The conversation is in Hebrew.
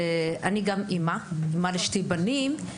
אני גם אמא, לשני בנים.